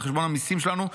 על חשבון המיסים שלנו,